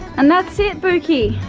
and that's it, boo-kie.